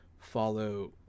follow